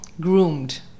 groomed